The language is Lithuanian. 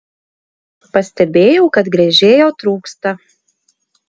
pastebėjau kad gręžėjo trūksta